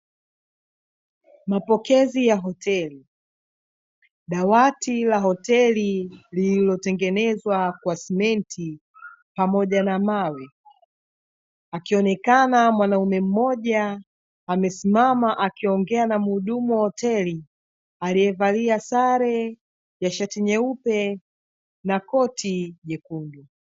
Mapokezi ya hoteli. Dawati la hoteli lililotengenezwa kwa simenti pamoja na mawe, akionekana mwanaume mmoja amesimama akiongea na mhudumu wa hoteli aliyevalia sare ya shati nyeupe na koti jekundu.